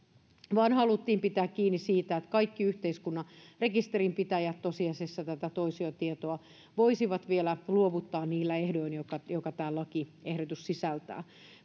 vaan haluttiin pitää kiinni siitä että kaikki yhteiskunnan rekisterinpitäjät voisivat tosiasiassa tätä toisiotietoa vielä luovuttaa niillä ehdoin jotka tämä lakiehdotus sisältää